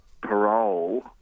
parole